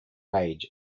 age